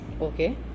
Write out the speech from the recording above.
okay